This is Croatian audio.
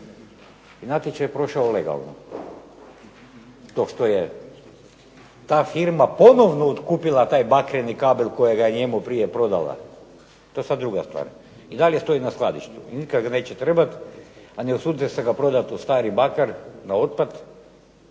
I natječaj je prošao legalno. To što je ta firma ponovno otkupila taj bakreni kabel kojega je njemu prije prodala, to je sad druga stvar. I dalje stoji na skladištu, i nikad ga neće trebati, a ne usude se ga prodati u stari bakar, na otpad,